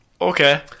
Okay